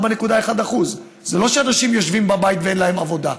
4.1%. זה לא שאנשים יושבים בבית ואין להם עבודה.